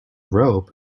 rope